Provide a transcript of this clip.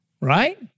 Right